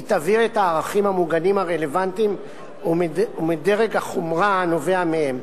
היא תבהיר את הערכים המוגנים הרלוונטיים ומדרג החומרה הנובע מהם.